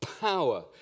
power